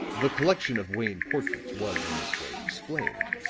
the collection of wayne portraits was in this way explained.